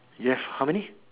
you have how many